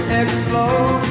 explode